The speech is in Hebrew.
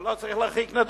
אני לא צריך להרחיק נדוד,